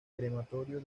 crematorio